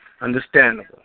Understandable